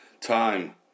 time